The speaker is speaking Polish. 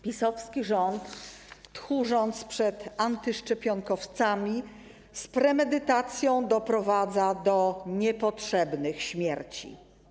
PiS-owski rząd, tchórząc przed antyszczepionkowcami, z premedytacją doprowadza do niepotrzebnych śmierci.